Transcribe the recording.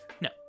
No